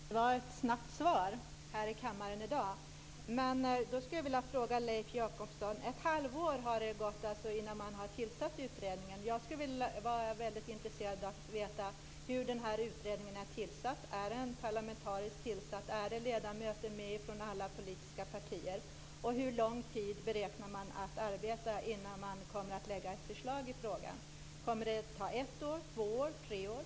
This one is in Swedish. Fru talman! Jag får tacka så mycket för svaret. Det var ett snabbt svar här i kammaren i dag. Men jag skulle vilja fråga Leif Jakobsson en sak. Ett halvår har gått innan man har tillsatt utredningen. Jag är väldigt intresserad av att veta hur den här utredningen är tillsatt. Är den parlamentariskt tillsatt? Är det ledamöter med från alla politiska partier, och hur lång tid beräknar man att arbeta innan man kommer att lägga fram ett förslag i frågan? Kommer det att ta ett år, två år, tre år?